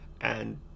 and-